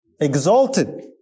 exalted